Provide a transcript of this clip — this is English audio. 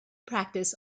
practice